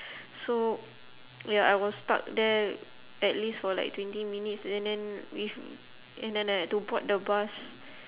so ya I was stuck there at least for like twenty minutes and then with and then I had to board the bus